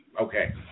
okay